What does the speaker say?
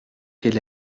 quel